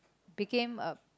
became a